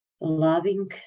loving